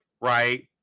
right